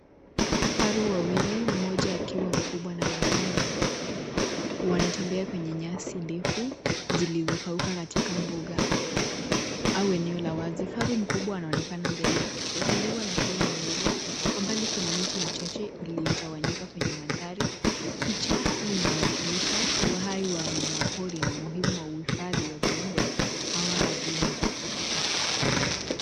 Kifaru wawili, moja akiwa mkubwa na mwingine mdogo wanatembea kwenye nyasi ndefu ziliyokuauka katika mbuga au eneo la wazi. Kifaru mkubwa anaonekana mbele akifuatiliwa na kifaru mdogo. Kwa mbali kuna miti michache iliyotawanyika kwenye mandhari. Picha hii inawakilisha uhai wa wanyama pori na umuhimu wa uhifadhi wa viumbe hawa adimu.